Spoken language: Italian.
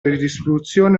ridistribuzione